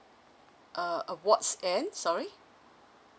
uh awards and sorry